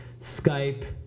Skype